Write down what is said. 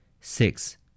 six